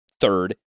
third